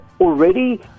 already